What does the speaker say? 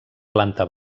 planta